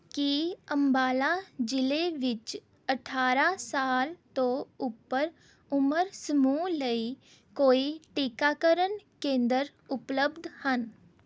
ਕੀ ਅੰਬਾਲਾ ਜ਼ਿਲ੍ਹੇ ਵਿੱਚ ਅਠਾਰਾਂ ਸਾਲ ਤੋਂ ਉੱਪਰ ਉਮਰ ਸਮੂਹ ਲਈ ਕੋਈ ਟੀਕਾਕਰਨ ਕੇਂਦਰ ਉਪਲਬਧ ਹਨ